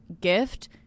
gift